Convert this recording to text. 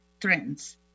trends